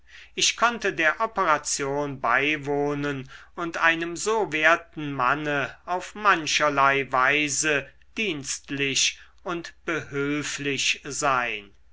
ich konnte der operation beiwohnen und einem so werten manne auf mancherlei weise dienstlich und behülflich sein